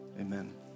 Amen